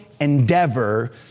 endeavor